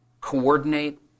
coordinate